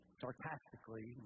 sarcastically